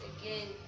again